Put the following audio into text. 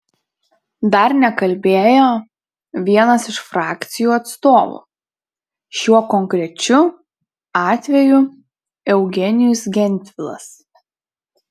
dar nekalbėjo vienas iš frakcijų atstovų šiuo konkrečiu atveju eugenijus gentvilas